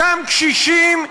אותם קשישים,